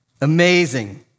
Amazing